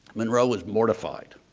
monroe was mortified